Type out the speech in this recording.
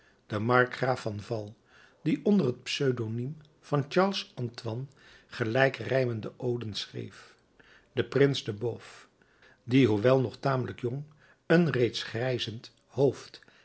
de markgraaf de val die onder het pseudoniem van charles antoine gelijkrijmende oden schreef de prins de beauf die hoewel nog tamelijk jong een reeds grijzend hoofd